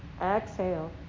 Exhale